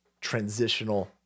transitional